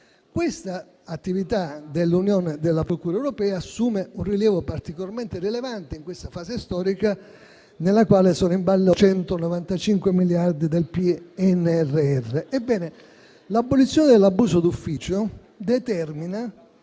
Quest'attività della procura europea assume un rilievo particolarmente importante in questa fase storica, nella quale sono in ballo 195 miliardi del PNRR. Ebbene, l'abolizione dell'abuso d'ufficio determina,